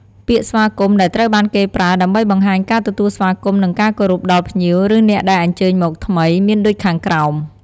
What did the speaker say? ពាក្យស្វាគមន៍ ដែលត្រូវបានគេប្រើដើម្បីបង្ហាញការទទួលស្វាគមន៍ និងការគោរពដល់ភ្ញៀវ ឬអ្នកដែលអញ្ជើញមកថ្មី មានដូចខាងក្រោម។